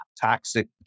toxic